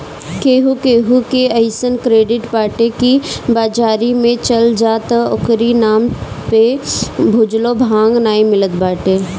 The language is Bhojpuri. केहू केहू के अइसन क्रेडिट बाटे की बाजारी में चल जा त ओकरी नाम पे भुजलो भांग नाइ मिलत बाटे